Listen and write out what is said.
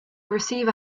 receiver